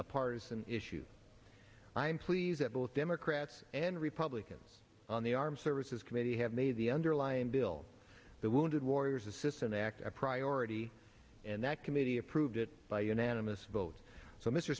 a partisan issue i'm pleased that both democrats and republicans on the armed services committee have made the underlying bill the wounded warriors assistant act a priority and that committee approved it